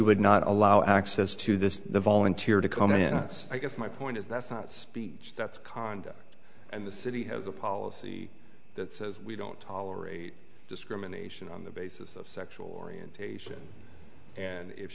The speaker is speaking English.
would not allow access to this the volunteer to come in it's i guess my point is that's not speech that's conduct and the city has a policy that says we don't tolerate discrimination on the basis of sexual orientation and if